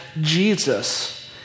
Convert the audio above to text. Jesus